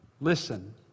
listen